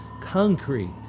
Concrete